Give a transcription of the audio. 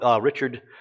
Richard